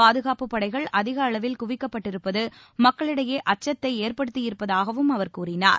பாதுகாப்புப் படைகள் அதிக அளவில் குவிக்கப்பட்டிருப்பது மக்களிடையே அச்சத்தை ஏற்படுத்தியிருப்பதாகவும் அவர் கூறினார்